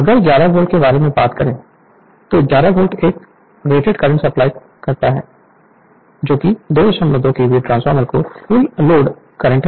अगर 11 वोल्ट के बारे में बात करें तो 11 वोल्ट एक रेटेड करंट सप्लाई करता है जो 22 केवीए ट्रांसफार्मर का फुल लोड करंट है